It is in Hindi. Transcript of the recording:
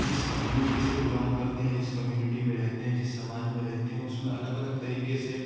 जिस कम्युनिटी से बिलोंग करते हैं जिस कम्युनिटी में रहते हैं जिस समाज में रहते हैं उसमें अलग अलग तरीके से